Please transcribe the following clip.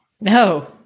No